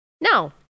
Now